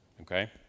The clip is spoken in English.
okay